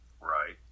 right